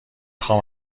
خوام